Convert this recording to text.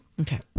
Okay